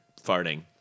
farting